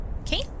Okay